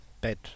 bed